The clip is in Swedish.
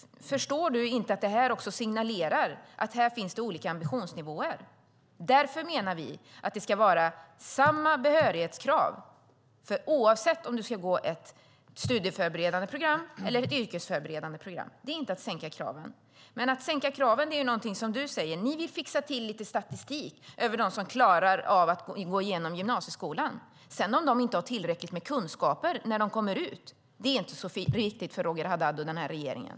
Förstår du inte att det här signalerar att det finns olika ambitionsnivåer? Vi menar att det ska vara samma behörighetskrav oavsett om man ska gå ett studieförberedande program eller om man ska gå ett yrkesförberedande program. Det är inte att sänka kraven. Att sänka kraven är någonting som du säger. Ni vill fixa till lite statistik över dem som klarar av att gå igenom gymnasieskolan. Om de inte har tillräckligt med kunskaper när de kommer ut är inte så viktigt för Roger Haddad och den här regeringen.